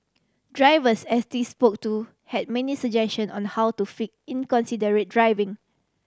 drivers S T spoke to had many suggestion on how to fix inconsiderate driving